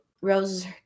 roses